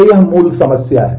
तो यह मूल समस्या है